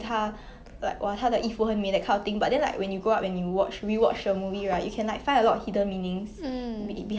mm